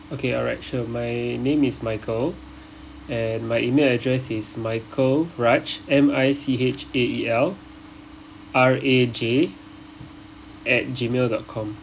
okay alright sure my name is michael and my E-mail address is michael raj M I C H A E L R A J at Gmail dot com